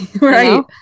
right